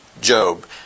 Job